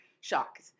shocked